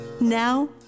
now